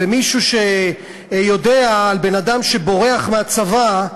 מישהו שיודע על אדם שבורח מהצבא,